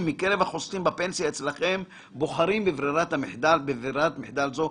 מקרב החוסכים בפנסיה אצלכם בוחרים ב"ברירת מחדל" זו.